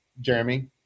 Jeremy